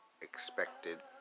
expected